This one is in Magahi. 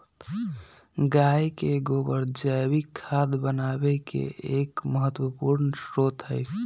गाय के गोबर जैविक खाद बनावे के एक महत्वपूर्ण स्रोत हई